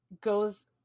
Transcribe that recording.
goes